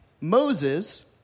Moses